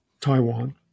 Taiwan